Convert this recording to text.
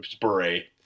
Beret